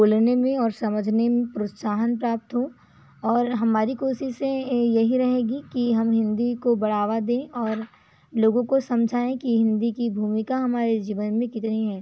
बोलने में और समझने प्रोत्साहन प्राप्त हो और हमारी कोशिशें यही रहेगी कि हम हिंदी को बढ़ावा दें और लोगों को समझाएं के हिंदी की भूमिका हमारे जीवन में कितनी है